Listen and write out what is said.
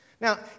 Now